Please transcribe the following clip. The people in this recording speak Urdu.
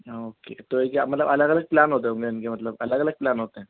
اوکے تو یہ کیا مطلب الگ الگ پلان ہوتے ہوں گے ان کے مطلب الگ الگ پلان ہوتے ہیں